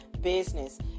business